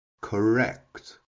Correct